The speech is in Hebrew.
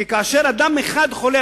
כי כאשר אדם אחד חולה,